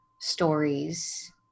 stories